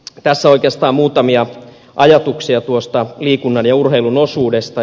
tässä oikeastaan muutamia ajatuksia tuosta liikunnan ja urheilun osuudesta